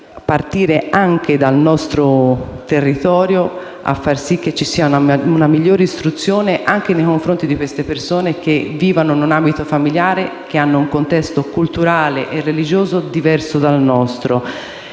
partire dal nostro territorio per far sì che vi sia una migliore istruzione anche per le persone che vivono in un ambito familiare e in un contesto culturale e religioso diverso dal nostro.